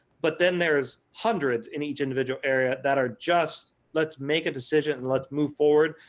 but then there is hundreds in each individual area that are just, let's make a decision and let's move forward.